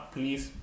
Please